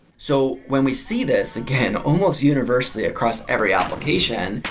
so, when we see this, again, almost universally across every application,